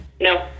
No